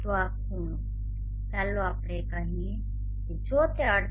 તો આ ખૂણો ચાલો આપણે કહીએ કે જો તે ૪૮